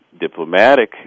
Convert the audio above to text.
Diplomatic